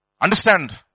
Understand